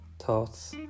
thoughts